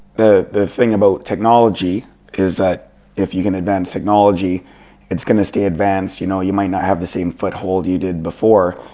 the the thing about technology is that if you can advance technology it's gonna stay advanced. you know you might not have the same foothold you did before.